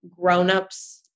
grownups